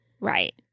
Right